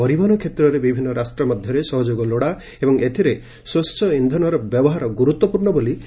ପରିବହନ କ୍ଷେତ୍ରରେ ବିଭିନ୍ନ ରାଷ୍ଟ୍ର ମଧ୍ୟରେ ସହଯୋଗ ଲୋଡ଼ା ଏବଂ ଏଥିରେ ସ୍ୱଚ୍ଚ ଇନ୍ଧନର ବ୍ୟବହାର ଗୁରୁତ୍ୱପୂର୍ଣ୍ଣ ବୋଲି ସେ କହିଛନ୍ତି